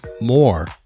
more